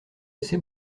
assez